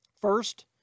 First